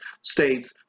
states